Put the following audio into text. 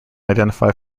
identify